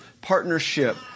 partnership